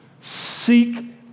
seek